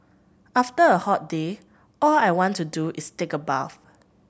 after a hot day all I want to do is take a bath